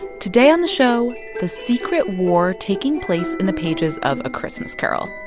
today on the show, the secret war taking place in the pages of a christmas carol.